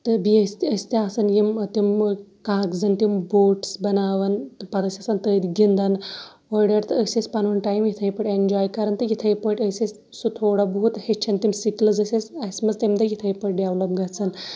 تہٕ بیٚیہِ ٲسۍ أسۍ تہِ آسَن یِم تِم کاغذَن تِم بوٹس بَناوان تہٕ پَتہٕ ٲسۍ آسان تٔتھۍ گِنٛدان اورٕ یورٕ تہٕ أسۍ ٲسۍ پَنُن ٹایِم یِتھَے پٲٹھۍ اینجاے کَران تہٕ یِتھَے پٲٹھۍ ٲسۍ أسۍ سُہ تھوڑا بہت ہیٚچھَن تِم سِکِلٕز ٲسۍ اَسہِ اَسہِ منٛز تیٚمہِ دۄہ یِتھَے پٲٹھۍ ڈیولَپ گژھن